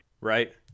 Right